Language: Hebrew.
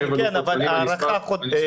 זה